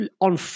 on